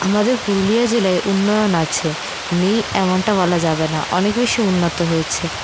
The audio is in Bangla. আমাদের পুরুলিয়া জেলায়ে উন্নয়ন আছে নেই এমনটা বলা যাবে না অনেক বেশি উন্নত হয়েছে